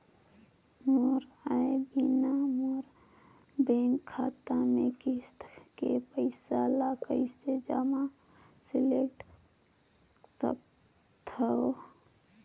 मोर आय बिना मोर बैंक खाता ले किस्त के पईसा कइसे जमा सिलेंडर सकथव?